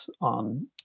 on